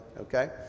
okay